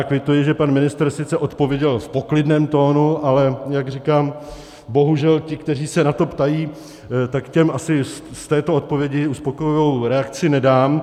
Kvituji, že pan ministr sice odpověděl v poklidném tónu, ale říkám, bohužel ti, kteří se na to ptají, tak těm asi z této odpovědi uspokojivou reakci nedám.